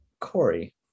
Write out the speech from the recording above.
Corey